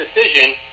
decision